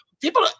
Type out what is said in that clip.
people